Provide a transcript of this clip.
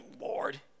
Lord